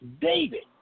David